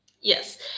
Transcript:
Yes